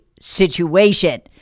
situation